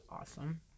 awesome